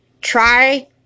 Try